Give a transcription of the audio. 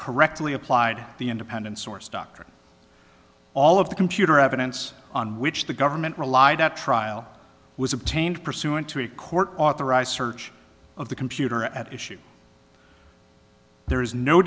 correctly applied the independent source doctrine all of the computer evidence on which the government relied at trial was obtained pursuant to a court authorized search of the computer at issue there is no